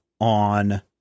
on